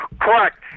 Correct